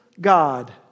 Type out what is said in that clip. God